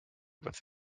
with